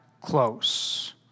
close